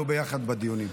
היינו ביחד בדיונים.